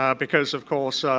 um because of course, ah